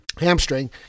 hamstring